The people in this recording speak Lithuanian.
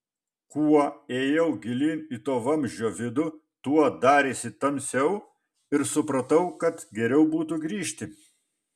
kuo ėjau gilyn į to vamzdžio vidų tuo darėsi tamsiau ir supratau kad geriau būtų grįžti